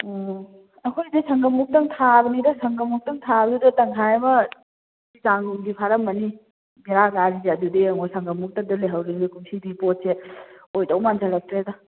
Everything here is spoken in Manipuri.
ꯑꯣ ꯑꯩꯈꯣꯏꯗꯤ ꯁꯪꯒꯝ ꯃꯨꯛꯇꯪ ꯊꯥꯕꯅꯤꯗ ꯁꯪꯒꯝ ꯃꯨꯛꯇꯪ ꯊꯥꯕꯗꯨꯗ ꯇꯪꯈꯥꯏ ꯑꯃꯒꯤ ꯆꯥꯡꯗꯤ ꯐꯥꯔꯝꯃꯅꯤ ꯕꯦꯔꯥ ꯀꯥꯔꯤꯁꯦ ꯑꯗꯨꯗ ꯌꯦꯡꯉꯣ ꯁꯪꯒꯝ ꯃꯨꯛꯇꯨꯗ ꯂꯩꯍꯧꯔꯤꯕ ꯀꯨꯝꯁꯤꯗꯤ ꯄꯣꯠꯁꯦ ꯑꯣꯏꯗꯧ ꯃꯥꯟꯁꯜꯂꯛꯇ꯭ꯔꯦꯗ